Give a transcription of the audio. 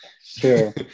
sure